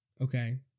Okay